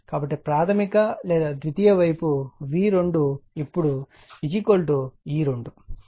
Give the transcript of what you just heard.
కాబట్టి ప్రాధమిక లేదా ద్వితీయ వైపు V2 ఇప్పుడు E2 V2 E2